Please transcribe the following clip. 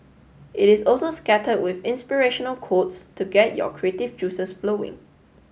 it is also scattered with inspirational quotes to get your creative juices flowing